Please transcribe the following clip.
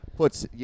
Puts